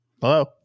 Hello